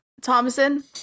Thomason